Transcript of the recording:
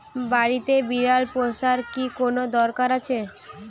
বাড়িতে বিড়াল পোষার কি কোন দরকার আছে?